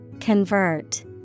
Convert